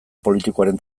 politikoaren